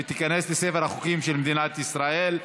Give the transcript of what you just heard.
והיא תיכנס לספר החוקים של מדינת ישראל.